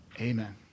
amen